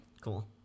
cool